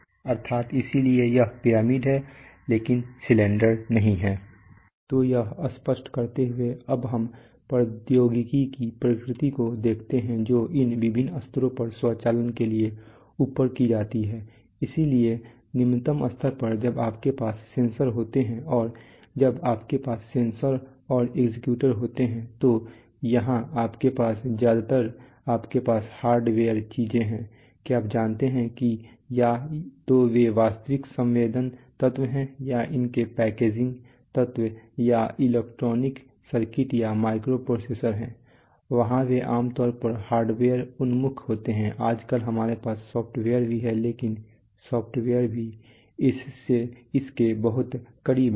तो यह स्पष्ट करते हुए अब हम प्रौद्योगिकी की प्रकृति को देखते हैं जो इन विभिन्न स्तरों पर स्वचालन के लिए उपयोग की जाती है इसलिए निम्नतम स्तर पर जब आपके पास सेंसर होते हैं और जब आपके पास सेंसर और एक्चुएटर होते हैं तो यहां आपके पास ज्यादातर आपके पास हार्डवेयर चीजें हैं क्या आप जानते हैं कि या तो वे वास्तविक संवेदन तत्व हैं या उनके पैकेजिंग तत्व या इलेक्ट्रॉनिक सर्किट या माइक्रो प्रोसेसर हैं वहां वे आम तौर पर हार्डवेयर उन्मुख होते हैं आजकल हमारे पास सॉफ्टवेयर भी हैं लेकिन सॉफ्टवेयर भी इसके बहुत करीब है